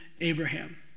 Abraham